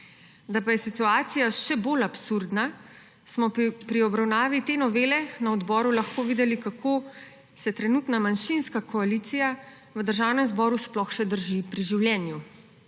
Da pa je situacija še bolj absurdna, smo pri obravnavi te novele na odboru lahko videli, kako se trenutna manjšinska koalicija v Državnem zboru sploh še drži pri življenju.